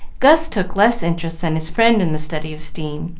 gus took less interest than his friend in the study of steam,